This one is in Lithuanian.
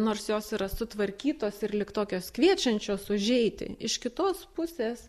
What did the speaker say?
nors jos yra sutvarkytos ir lyg tokios kviečiančios užeiti iš kitos pusės